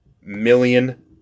million